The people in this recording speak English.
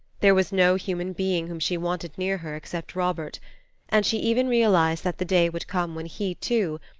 there was no human being whom she wanted near her except robert and she even realized that the day would come when he, too,